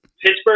Pittsburgh